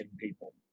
people